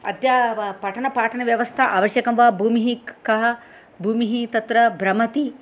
अत्र पठनपाठनव्यवस्था आवश्यकं वा भूमिः कः भूमिः तत्र भ्रमति